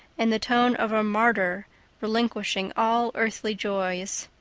in the tone of a martyr relinquishing all earthly joys.